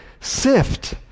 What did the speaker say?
sift